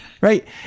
Right